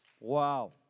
Wow